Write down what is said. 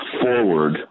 forward